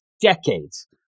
decades